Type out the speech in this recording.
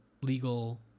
legal